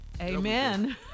Amen